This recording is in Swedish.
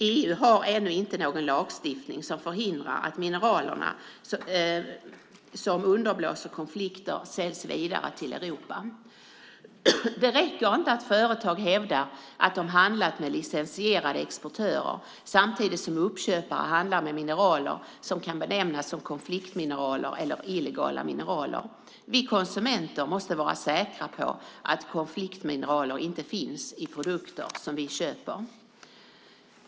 EU har ännu inte någon lagstiftning som förhindrar att mineralerna som underblåser konflikter säljs vidare till Europa. Det räcker inte att företag hävdar att de handlat med licensierade exportörer samtidigt som uppköpare handlar med mineraler som kan benämnas konfliktmineraler eller illegala mineraler. Vi konsumenter måste vara säkra på att konfliktmineraler inte finns i produkter som vi köper.